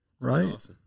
Right